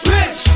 Rich